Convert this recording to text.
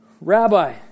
Rabbi